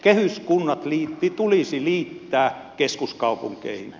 kehyskunnat tulisi liittää keskuskaupunkeihin